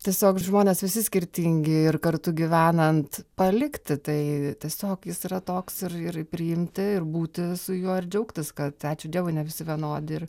tiesiog žmonės visi skirtingi ir kartu gyvenant palikti tai tiesiog jis yra toks ir ir priimti ir būti su juo ir džiaugtis kad ačiū dievui ne visi vienodi ir